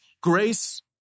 grace